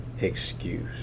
excuse